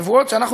הנבואות שאנחנו,